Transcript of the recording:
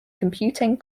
computing